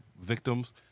victims